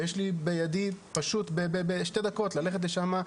ויש לי פשוט בשתי דקות ללכת לשם,